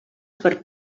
per